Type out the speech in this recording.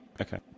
Okay